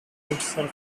itself